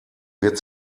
wird